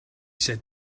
said